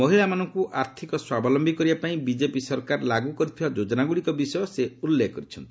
ମହିଳାମାନଙ୍କୁ ଆର୍ଥିକ ସ୍ୱାବଲୟି କରିବା ପାଇଁ ବିଜେପି ସରକାର ଲାଗୁ କରିଥିବା ଯୋଜନାଗୁଡ଼ିକ ବିଷୟ ସେ ଉଲ୍ଲେଖ କରିଛନ୍ତି